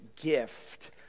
gift